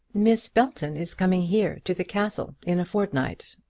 miss belton is coming here, to the castle, in a fortnight,